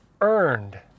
earned